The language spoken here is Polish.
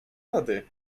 lody